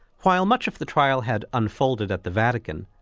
while much of the trial had unfolded at the vatican,